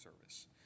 service